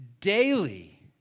Daily